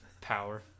power